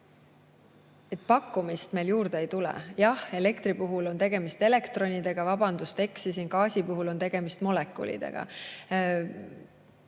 et pakkumist meil juurde ei tule. Jah, elektri puhul on tegemist elektronidega. Vabandust, eksisin, gaasi puhul on tegemist molekulidega.